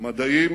מדעים